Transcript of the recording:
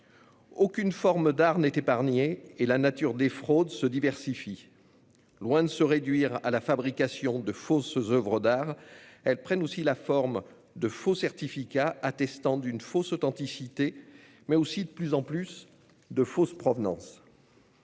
Aucune forme d'art n'est épargnée et la nature des fraudes se diversifie. Loin de se réduire à la fabrication de fausses oeuvres d'art, ces fraudes prennent aussi la forme de faux certificats attestant d'une fausse authenticité, mais aussi, de plus en plus, d'une fausse provenance.